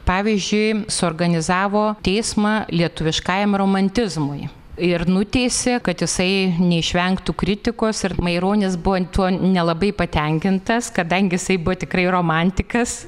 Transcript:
pavyzdžiui suorganizavo teismą lietuviškajam romantizmui ir nuteisė kad jisai neišvengtų kritikos ir maironis buvo tuo nelabai patenkintas kadangi jisai buvo tikrai romantikas